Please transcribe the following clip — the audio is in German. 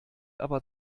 aber